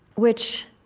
which,